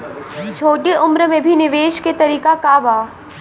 छोटी उम्र में भी निवेश के तरीका क बा?